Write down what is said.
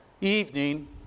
evening